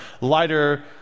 lighter